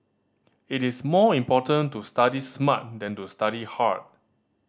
it is more important to study smart than to study hard